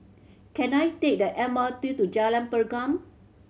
can I take the M R T to Jalan Pergam